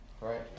right